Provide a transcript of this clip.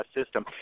system